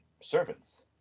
servants